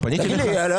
תגיד לי, אני פניתי אליך?